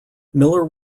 miller